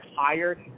higher